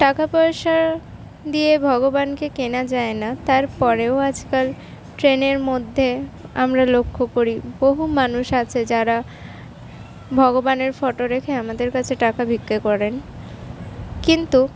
টাকা পয়সা দিয়ে ভগবানকে কেনা যায় না তারপরেও আজকাল ট্রেনের মধ্যে আমরা লক্ষ্য করি বহু মানুষ আছে যারা ভগবানের ফটো রেখে আমাদের কাছে টাকা ভিক্ষে করেন কিন্তু